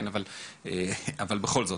אבל בכל זאת,